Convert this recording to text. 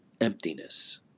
emptiness